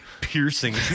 Piercing